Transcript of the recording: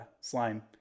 slime